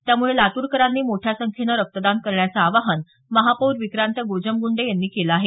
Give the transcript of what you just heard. त्यामुळे लातूरकरांनी मोठ्या संख्येनं रक्तदान करण्याचं आवाहन महापौर विक्रांत गोजमगुंडे यांनी केलं आहे